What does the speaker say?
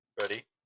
ready